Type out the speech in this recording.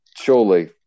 Surely